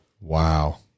Wow